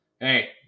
hey